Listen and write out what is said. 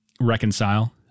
reconcile